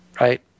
Right